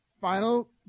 final